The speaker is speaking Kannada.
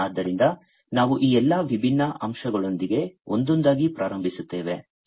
ಆದ್ದರಿಂದ ನಾವು ಈ ಎಲ್ಲಾ ವಿಭಿನ್ನ ಅಂಶಗಳೊಂದಿಗೆ ಒಂದೊಂದಾಗಿ ಪ್ರಾರಂಭಿಸುತ್ತೇವೆ